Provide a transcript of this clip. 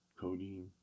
codeine